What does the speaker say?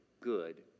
good